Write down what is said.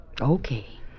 Okay